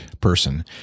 person